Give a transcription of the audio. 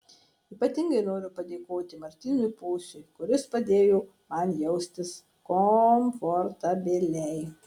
ypatingai noriu padėkoti martynui pociui kuris padėjo man jaustis komfortabiliai